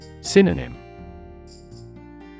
Synonym